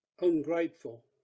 ungrateful